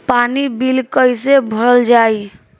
पानी बिल कइसे भरल जाई?